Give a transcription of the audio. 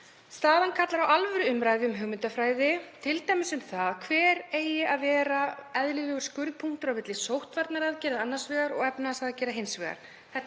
Staðan kallar á alvöruumræðu um hugmyndafræði, t.d. um það hver eigi að vera eðlilegur skurðpunktur á milli sóttvarnaaðgerða annars vegar og efnahagsaðgerða hins vegar.